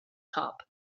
top